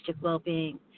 well-being